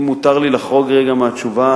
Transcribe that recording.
אם מותר לי לחרוג רגע מהתשובה